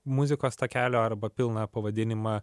muzikos takelio arba pilną pavadinimą